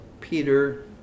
peter